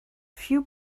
few